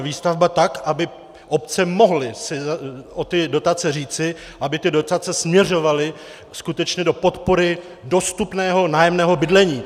Výstavba, tak, aby si obce mohly o ty dotace říci, aby ty dotace směřovaly skutečně do podpory dostupného nájemného bydlení.